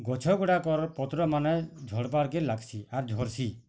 ଗଛଗୁଡ଼ାକର୍ ପତ୍ରମାନେ ଝଡ଼ବାର୍ କେ ଲାଗ୍ସି ଆର୍ ଝଡ଼୍ସି